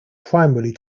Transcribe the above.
primarily